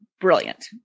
brilliant